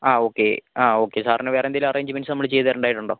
ആ ഓക്കെ ആ ഓക്കെ സാറിന് വേറെന്തെങ്കിലും അറേഞ്ച്മെൻറ്സ് നമ്മൾ ചെയ്തുതരേണ്ടതായിട്ടുണ്ടോ